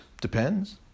Depends